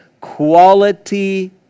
quality